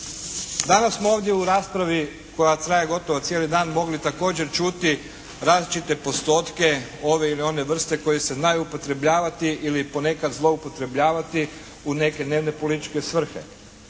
Danas smo ovdje u raspravi koja traje gotovo cijeli dan mogli također čuti različite postotke ove ili one vrste koji se znaju upotrebljavati ili ponekad zloupotrebljavati u neke dnevne, političke svrhe.